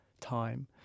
time